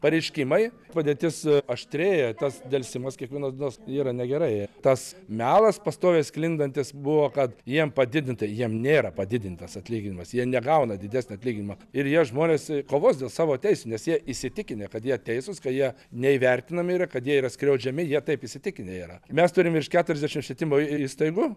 pareiškimai padėtis aštrėja tas delsimas kiekvienos dienos yra negerai tas melas pastoviai sklindantis buvo kad jiem padidinta jiem nėra padidintas atlyginimas jie negauna didesnio atlyginimo ir jie žmonės kovos dėl savo teisių nes jie įsitikinę kad jie teisūs kad jie neįvertinami yra kad jie yra skriaudžiami jie taip įsitikinę yra mes turim virš keturiasdešimt švietimo įstaigų